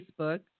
Facebook